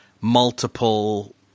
multiple